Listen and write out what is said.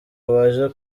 baje